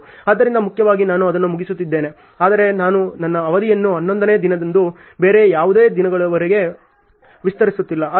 ಆದ್ದರಿಂದ ಮುಖ್ಯವಾಗಿ ನಾನು ಅದನ್ನು ಮುಗಿಸುತ್ತಿದ್ದೇನೆ ಆದರೆ ನಾನು ನನ್ನ ಅವಧಿಯನ್ನು ಹನ್ನೊಂದನೇ ದಿನದಿಂದ ಬೇರೆ ಯಾವುದೇ ದಿನಗಳವರೆಗೆ ವಿಸ್ತರಿಸುತ್ತಿಲ್ಲ